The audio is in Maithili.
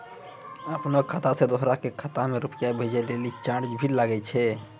आपनों खाता सें दोसरो के खाता मे रुपैया भेजै लेल चार्ज भी लागै छै?